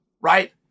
right